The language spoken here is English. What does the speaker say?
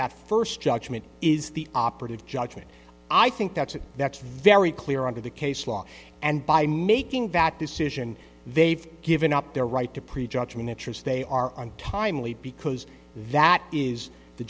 first judgment is the operative judgment i think that's it that's very clear under the case law and by making that decision they've given up their right to prejudge miniatures they are timely because that is the